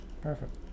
Perfect